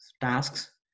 tasks